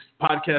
podcast